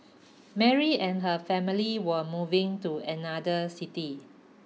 Mary and her family were moving to another city